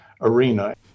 arena